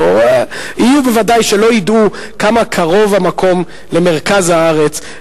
או יהיו בוודאי שלא ידעו כמה קרוב המקום למרכז הארץ,